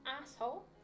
asshole